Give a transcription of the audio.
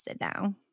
now